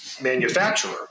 manufacturer